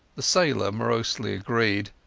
the sailor morosely agreed,